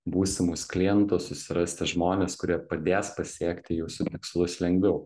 būsimus klientus susirasti žmones kurie padės pasiekti jūsų tikslus lengviau